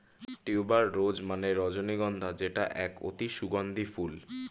tuber rose মানে রজনীগন্ধা যেটা এক অতি সুগন্ধি ফুল